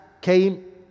came